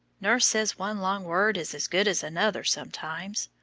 nurse says one long word is as good as another sometimes.